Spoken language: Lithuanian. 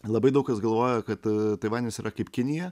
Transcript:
labai daug kas galvoja kad taivanis yra kaip kinija